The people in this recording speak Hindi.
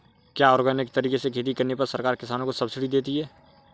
क्या ऑर्गेनिक तरीके से खेती करने पर सरकार किसानों को सब्सिडी देती है?